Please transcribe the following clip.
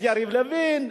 יריב לוין,